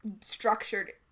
structured